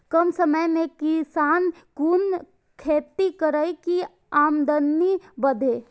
कम समय में किसान कुन खैती करै की आमदनी बढ़े?